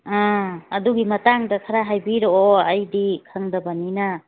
ꯑꯥ ꯑꯗꯨꯒꯤ ꯃꯇꯥꯡꯗ ꯈꯔ ꯍꯥꯏꯕꯤꯔꯛꯑꯣ ꯑꯩꯗꯤ ꯈꯪꯗꯕꯅꯤꯅ